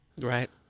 Right